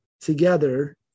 together